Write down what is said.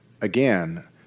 again